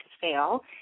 fail